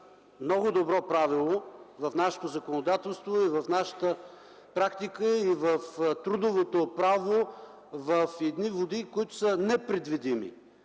много добро правило в нашето законодателство, в нашата практика и в трудовото право хвърляте нещата в непредвидими